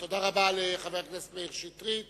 תודה רבה לחבר הכנסת מאיר שטרית